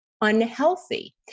unhealthy